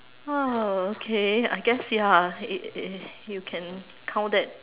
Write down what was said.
oh okay I guess ya it it you can count that